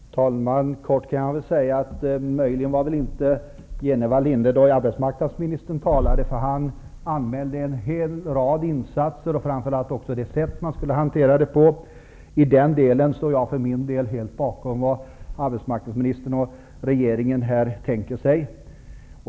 Herr talman! Kort kan jag väl säga att Bo Jenevall väl inte var inne då arbetsmarknadsministern talade. Han anmälde en hel rad insatser och det sätt man skulle hantera dem på. I den delen står jag helt bakom det arbetsmarknadsministern och regeringen tänker sig.